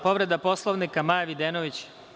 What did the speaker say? Povreda Poslovnika, Maja Videnović.